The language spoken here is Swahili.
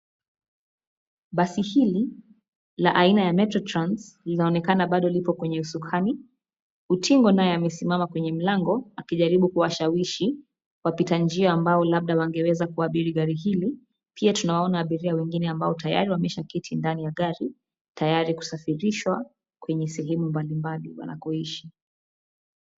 Basi hili, la aina ya Metro Trans, linaonekana bado lipo kwenye usukani, utingo naye amesimama kwenye mlango, akijaribu kuwashawishi, wapita njia ambao labda wangeweza kuabiri gari hili, pia tunawaona abiria wengine ambao tayari wameshaketi ndani ya gari, tayari kusafirishwa, kwenye sehemu mbali mbali wanakoishi.